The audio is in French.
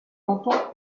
canton